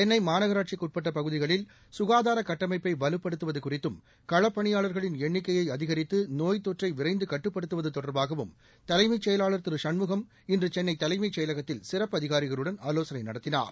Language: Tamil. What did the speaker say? சென்னை மாநகராட்சிக்கு உட்பட்ட பகுதிகளில் சுகாதார கட்டமைப்பை வலுப்படுத்துவது குறித்தும் களப்பணியாளர்களின் எண்ணிக்கையை அதிகரித்து நோய் தொற்றை விரைந்து கட்டுப்படுத்துவது தொடா்பாகவும் தலைமைச் செயலாளா் திரு சண்முகம் இன்று சென்னை தலைமைச் செயலகத்தில் சிறப்பு அதிகாரிகளுடன் ஆலோசனை நடத்தினார்